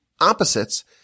opposites